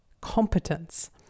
competence